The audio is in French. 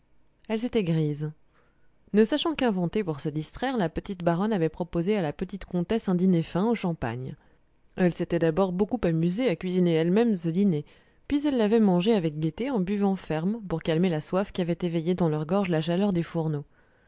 elles étaient grises ne sachant qu'inventer pour se distraire la petite baronne avait proposé à la petite comtesse un dîner fin au champagne elles s'étaient d'abord beaucoup amusées à cuisiner elles-mêmes ce dîner puis elles l'avaient mangé avec gaieté en buvant ferme pour calmer la soif qu'avait éveillée dans leur gorge la chaleur des fourneaux